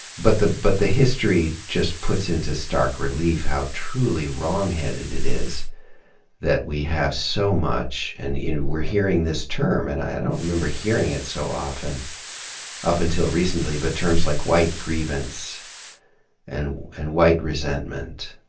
but but the history just puts into stark relief how truly wrongheaded it is that we have so much and we're hearing this term and i don't remember hearing it so often up until recently, but terms like white grievance and and white resentment.